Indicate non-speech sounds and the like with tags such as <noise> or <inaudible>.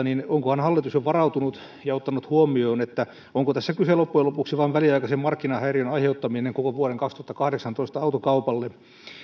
<unintelligible> niin onkohan hallitus jo varautunut ja ottanut huomioon onko tässä kyseessä loppujen lopuksi vain väliaikaisen markkinahäiriön aiheuttaminen koko vuoden kaksituhattakahdeksantoista autokaupalle